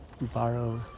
borrow